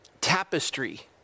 tapestry